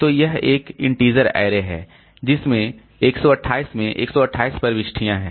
तो यह एक इंटीचर अरे है जिसमें 128 में 128 प्रविष्टियां हैं